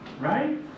right